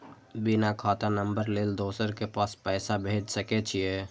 बिना खाता नंबर लेल दोसर के पास पैसा भेज सके छीए?